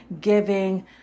giving